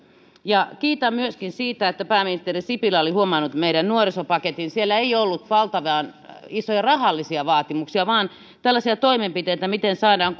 kiitän myöskin siitä että pääministeri sipilä oli huomannut meidän nuorisopaketin siellä ei ollut valtavan isoja rahallisia vaatimuksia vaan tällaisia toimenpiteitä miten saadaan